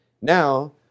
Now